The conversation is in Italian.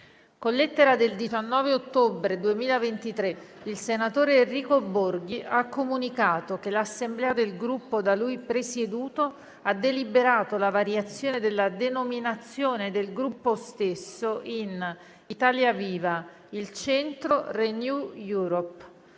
con lettera del 19 ottobre 2023, il senatore Enrico Borghi ha comunicato che l'Assemblea del Gruppo da lui presieduto ha deliberato la variazione della denominazione del Gruppo stesso in «Italia Viva-Il Centro-Renew Europe».